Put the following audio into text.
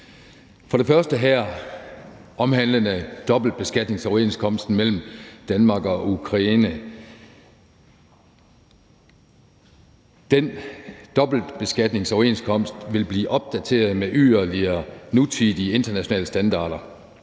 For det første er der dobbeltbeskatningsoverenskomsten mellem Danmark og Ukraine. Den dobbeltbeskatningsoverenskomst vil blive opdateret med yderligere nutidige internationale standarder.